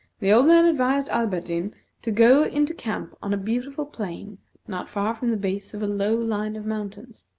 the old man advised alberdin to go into camp on a beautiful plain not far from the base of a low line of mountains.